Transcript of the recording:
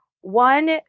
One